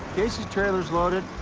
casey's trailer's loaded.